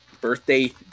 birthday